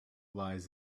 lies